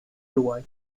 uruguay